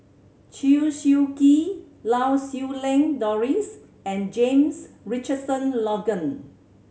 Chew Swee Kee Lau Siew Lang Doris and James Richardson Logan